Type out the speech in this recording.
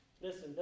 Listen